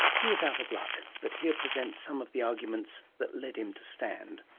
he was out of luck, but here presents some of the arguments that led him to stand.